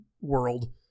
world